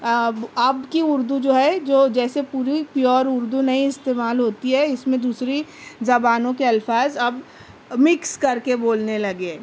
آب اب كی اُردو جو ہے جو جیسے پوری پیور اُردو نہیں استعمال ہوتی ہے اِس میں دوسری زبانوں كے الفاظ اب مکس کر کے بولنے لگے ہیں